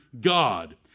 God